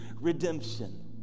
redemption